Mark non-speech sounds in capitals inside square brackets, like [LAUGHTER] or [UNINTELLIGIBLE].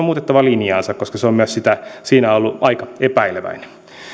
[UNINTELLIGIBLE] muutettava linjaansa koska se on myös siinä ollut aika epäileväinen